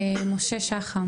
משה שחם.